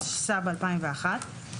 התשס"ב-2001,